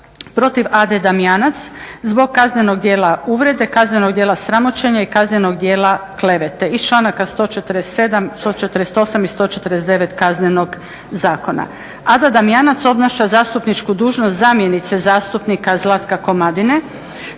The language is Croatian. protiv Ade Damjanac zbog kaznenog djela uvrede, kaznenog djela sramoćenja i kaznenog djela klevete, iz članaka 147., 148. i 149. Kaznenog zakona. Ada Damajnac obnaša zastupničku dužnost zamjenice zastupnika Zlatka Komadine